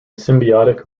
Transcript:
symbiotic